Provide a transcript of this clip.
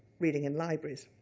reading in libraries.